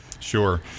Sure